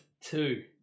two